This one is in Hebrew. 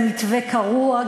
זה מתווה קרוע,